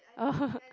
oh